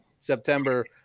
September